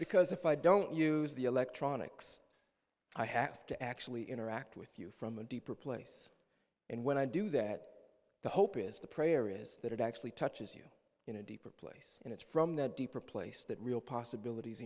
because if i don't use the electronics i have to actually interact with you from a deeper place and when i do that the hope is the prayer is that it actually touches you in a deeper place and it's from that deeper place that real possibilities